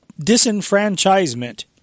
disenfranchisement